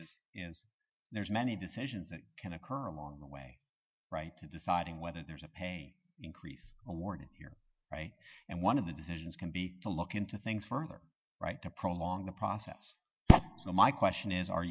this is there's many decisions that can occur along the way right to deciding whether there's a pain increase awarded you're right and one of the decisions can be to look into things further right to prolong the process so my question is are